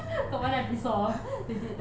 got one episode hor he did that